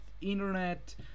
internet